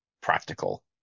practical